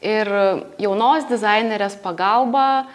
ir jaunos dizainerės pagalba